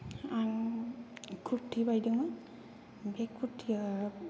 आं खुर्ति बायदोंमोन बे कुर्तिया